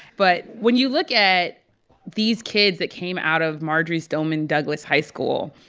but when you look at these kids that came out of marjory stoneman douglas high school,